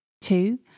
Two